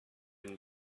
been